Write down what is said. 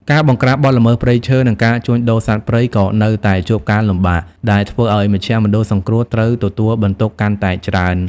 ការបង្ក្រាបបទល្មើសព្រៃឈើ និងការជួញដូរសត្វព្រៃក៏នៅតែជួបការលំបាក ដែលធ្វើឱ្យមជ្ឈមណ្ឌលសង្គ្រោះត្រូវទទួលបន្ទុកកាន់តែច្រើន។